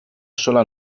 sola